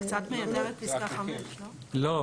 זה קצת מייתר את פסקה 5, לא?